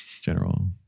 general